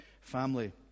family